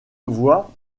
voix